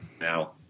now